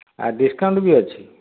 ଆଉ ଡିସ୍କାଉଣ୍ଟ୍ ବି ଅଛି